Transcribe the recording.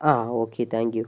ആ okay thank you